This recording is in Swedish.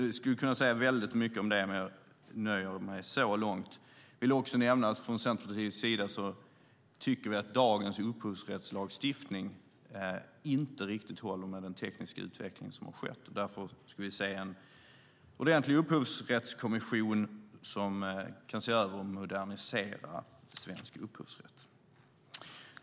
Jag skulle kunna säga väldigt mycket om det, men jag nöjer mig så långt. Jag vill också nämna att från Centerpartiets sida tycker vi att dagens upphovsrättslagstiftning inte riktigt håller med den tekniska utveckling som har skett. Därför skulle vi vilja se en ordentlig upphovsrättskommission som kan se över och modernisera svensk upphovsrätt.